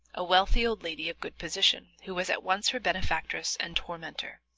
a wealthy old lady of good position, who was at once her benefactress and tormentor.